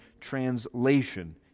translation